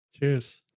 Cheers